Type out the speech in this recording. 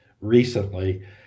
recently